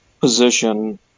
position